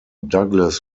douglas